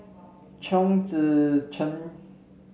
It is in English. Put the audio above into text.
Chong Tze Chien